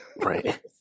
Right